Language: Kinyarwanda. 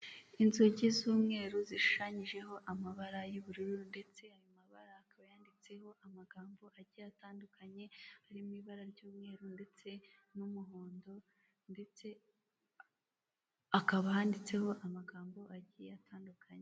Inzugi z'umweru zishushanyijeho amabara y'ubururu ndetse ayo mabara akaba yanditseho amagambo agiye atandukanye, ari mu ibara ry'umweru ndetse n'umuhondo ndetse hakaba handitseho amagambo agiye atandukanye.